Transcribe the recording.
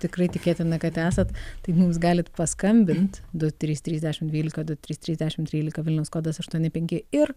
tikrai tikėtina kad esat tai mums galit paskambint du trys trys dešimt dvylika du trys trys dešimt trylika vilniaus kodas aštuoni penki ir